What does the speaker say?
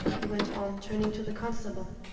he went on, turning to the constable.